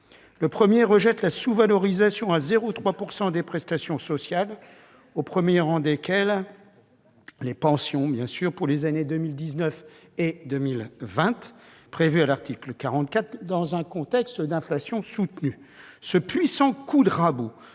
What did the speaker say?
Le premier rejette la sous-revalorisation à 0,3 % des prestations sociales, au premier rang desquelles les pensions, pour les années 2019 et 2020 prévue à l'article 44, dans un contexte d'inflation soutenue. Ce puissant coup de rabot